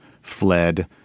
fled